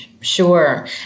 Sure